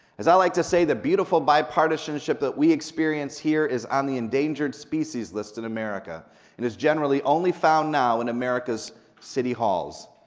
as i like to say, the beautiful bi-partisanship that we experience here is on the endangered species list in america and is generally only found now in america's city halls,